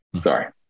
sorry